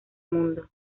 mundo